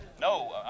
No